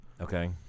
Okay